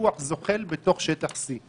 לסיפוח זוחל בתוך שטח C,